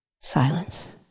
silence